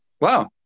Wow